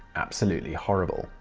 absolutely horrible.